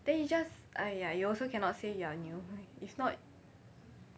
then you just !aiya! you also cannot say you are new if not